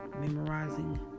memorizing